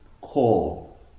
call